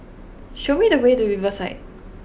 show me the way to Riverside